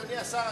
אדוני השר,